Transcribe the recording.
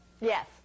Yes